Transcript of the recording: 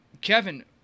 Kevin